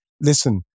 listen